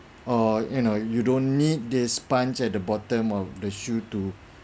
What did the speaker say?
uh you know you don't need the sponge at the bottom of the shoe to